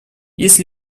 есть